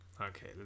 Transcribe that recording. okay